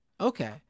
Okay